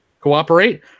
cooperate